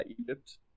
Egypt